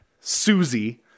Susie